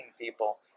people